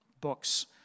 books